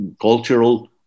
cultural